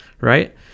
right